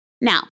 Now